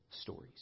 stories